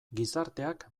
gizarteak